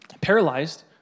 paralyzed